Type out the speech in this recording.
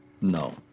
No